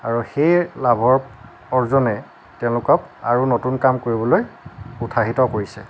আৰু সেই লাভৰ অৰ্জনে তেওঁলোকক আৰু নতুন কাম কৰিবলৈ উৎসাহিত কৰিছে